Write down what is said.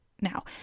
Now